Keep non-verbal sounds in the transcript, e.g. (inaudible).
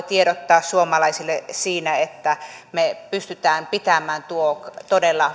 (unintelligible) tiedottaa suomalaisille siitä että me pystymme pitämään tuon todella